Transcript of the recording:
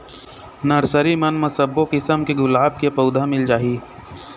nursery मन म सब्बो किसम के गुलाब के पउधा मिल जाही